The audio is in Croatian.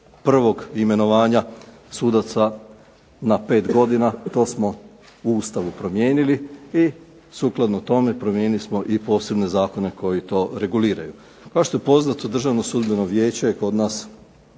prvog imenovanja sudaca na pet godina. To smo u Ustavu promijenili i sukladno tome promijenili smo i posebne zakone koji to reguliraju. Kao što je poznato Državno sudbeno vijeće je kod nas